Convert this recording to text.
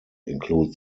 include